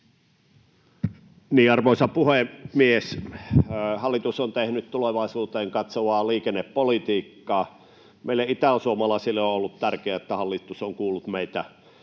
Arvoisa puhemies! Hallitus on tehnyt tulevaisuuteen katsovaa liikennepolitiikkaa. Meille itäsuomalaisille on ollut tärkeää, että hallitus on kuullut meitä